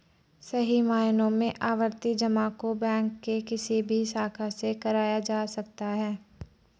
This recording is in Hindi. सही मायनों में आवर्ती जमा को बैंक के किसी भी शाखा से कराया जा सकता है